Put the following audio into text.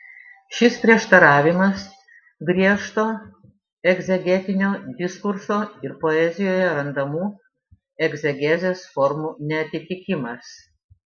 šis prieštaravimas griežto egzegetinio diskurso ir poezijoje randamų egzegezės formų neatitikimas